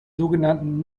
sogenannten